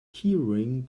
keyring